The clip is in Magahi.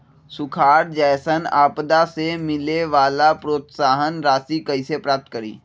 सुखार जैसन आपदा से मिले वाला प्रोत्साहन राशि कईसे प्राप्त करी?